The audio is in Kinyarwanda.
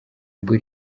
ubwo